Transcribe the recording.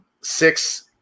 six